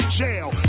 jail